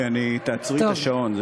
תעצרי את השעון.